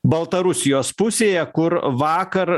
baltarusijos pusėje kur vakar